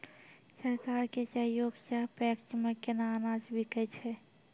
सरकार के सहयोग सऽ पैक्स मे केना अनाज बिकै छै?